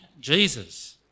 Jesus